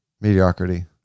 Mediocrity